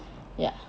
ya